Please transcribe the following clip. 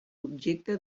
objecte